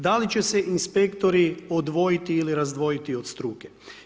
Da li će se inspektori odvojiti ili razdvojiti od struke?